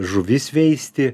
žuvis veisti